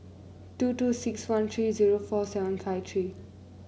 two two six one three zero four seven five three